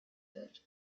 wird